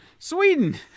Sweden